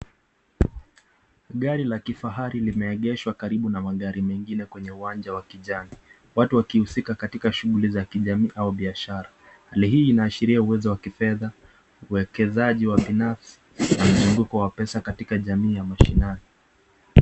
Gari la kifahari limeegeshwa karibu na magari mengine kwenye uwanja ya kijani. Watu wakihusika katika shuguli za kijamii au biashara. Hali hii inaashiria uwezo wa kifedha, uwekezaji wa binafi na mzunguko wa pesa katika jamii ya mashinani.